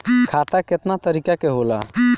खाता केतना तरीका के होला?